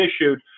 issued